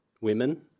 women